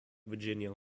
virginia